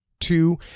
Two